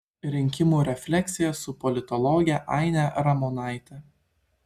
rinkimų refleksija su politologe aine ramonaite